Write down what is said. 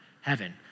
heaven